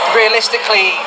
realistically